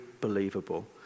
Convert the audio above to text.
believable